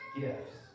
gifts